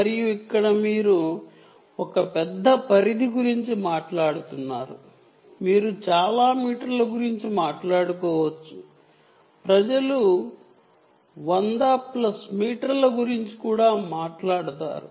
మరియు ఇక్కడ మీరు ఒక పెద్ద రేంజ్ గురించి మాట్లాడుతున్నారు మీరు చాలా మీటర్ల గురించి మాట్లాడుకోవచ్చు ప్రజలు 100 కన్నా ఎక్కువ మీటర్ల రేంజ్ గురించి కూడా మాట్లాడతారు